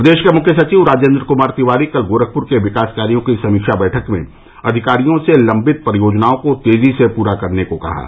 प्रदेश के मुख्य सचिव राजेन्द्र क्मार तिवारी कल गोरखपुर के विकास कार्यो की समीक्षा बैठक में अधिकारियों से लम्बित परियोजनाओं को तेजी से पूरा करने को कहा है